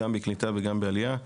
גם לקליטה וגם לעלייה.